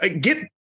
get